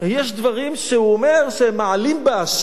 יש דברים, הוא אומר, שמעלים באשה,